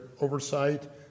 oversight